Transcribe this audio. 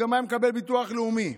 הוא גם היה מקבל ביטוח לאומי.